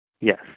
Yes